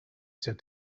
said